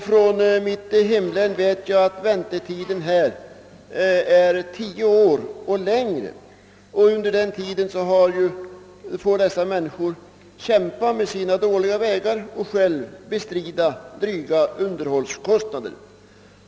Från mitt hemlän vet jag att väntetiden är tio år eller längre. Under den tiden får dessa människor kämpa med sina dåliga vägar och själva bestrida dryga underhållskostnader.